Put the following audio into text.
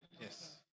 Yes